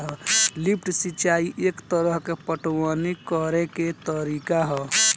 lift सिंचाई एक तरह के पटवनी करेके तरीका ह